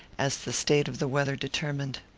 as the state of the weather determined.